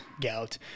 gout